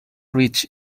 ridge